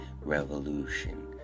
revolution